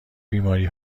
بیماری